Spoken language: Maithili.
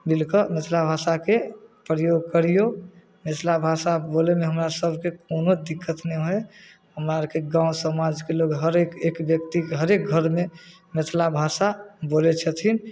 मिल कऽ मिथला भाषाके प्रयोग करियौ मिथला भाषा बोलैमे हमरा सबके कोनो दिक्कत नहि है हमरा आरके गाँव समाजके लोग हरेक एक व्यक्तिके हरेक घरमे मिथला भाषा बोलै छथिन